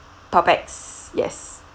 per pax yes